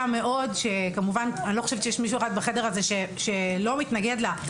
מאוד שאני לא חושבת שיש מישהו אחד בחדר הזה שלא מתנגד לה,